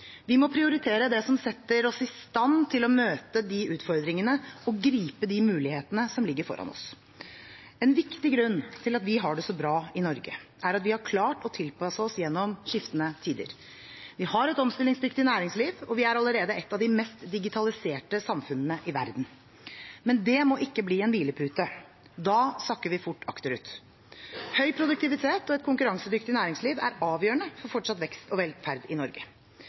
Vi må prioritere det som setter oss i stand til å møte de utfordringene og gripe de mulighetene som ligger foran oss. En viktig grunn til at vi har det så bra i Norge, er at vi har klart å tilpasse oss gjennom skiftende tider. Vi har et omstillingsdyktig næringsliv, og vi er allerede et av de mest digitaliserte samfunnene i verden. Men det må ikke bli en hvilepute. Da sakker vi fort akterut. Høy produktivitet og et konkurransedyktig næringsliv er avgjørende for fortsatt vekst og velferd i Norge.